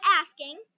asking